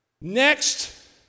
Next